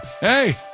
hey